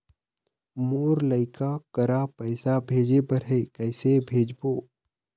मोर लइका करा पैसा भेजें बर हे, कइसे भेजबो?